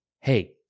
hey